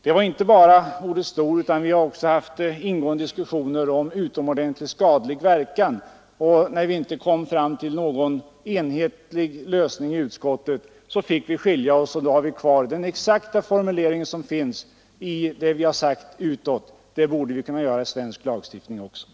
Det gällde inte bara ordet ”stor”, utan vi har också haft ingående diskussioner om ”utomordentligt skadlig verkan”, och när vi inte kom fram till någon enhetlig lösning i utskottet fick vi skilja oss. Då har vi ansett det vara bäst att ha den exakta formuleringen från OECD-stadgan och som vi således gjort utfästelse om att följa i den länderkretsen.